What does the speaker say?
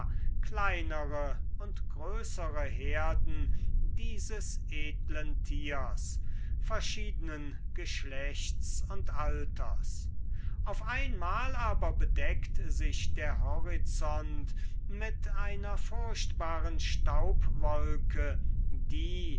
kleinere und größere herden dieses edlen tiers verschiedenen geschlechts und alters auf einmal aber bedeckt sich der horizont mit einer furchtbaren staubwolke die